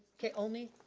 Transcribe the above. okay only,